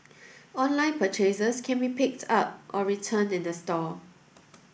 online purchases can be picked up or returned in the store